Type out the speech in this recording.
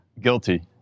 Guilty